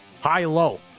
High-low